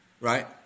right